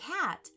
cat